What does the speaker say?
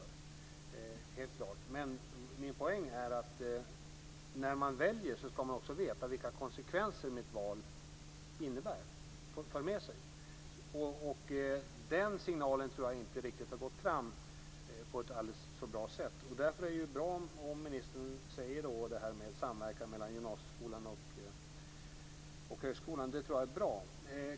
Men min poäng är att när man väljer ska man också veta vilka konsekvenser valet får. Den signalen tror jag inte har gått fram på ett så bra sätt. Därför är det bra, tror jag, om ministern talar om samverkan mellan gymnasieskolan och högskolan.